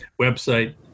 website